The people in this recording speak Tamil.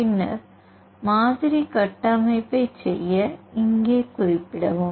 பின்னர் மாதிரி கட்டமைப்பைச் செய்ய இங்கே குறிப்பிடவும்